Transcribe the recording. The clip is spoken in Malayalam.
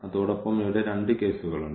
അതോടൊപ്പം ഇവിടെ രണ്ട് കേസുകളുണ്ട്